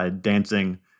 dancing